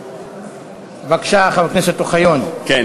חבר הכנסת אוחיון, בבקשה.